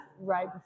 right